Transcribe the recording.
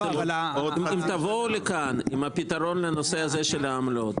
אם תבואו לכאן עם הפתרון לנושא העמלות,